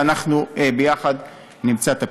ואנחנו ביחד נמצא את הפתרון.